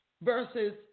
versus